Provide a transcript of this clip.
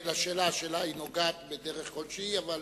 השאלה נוגעת בדרך כלשהי, אבל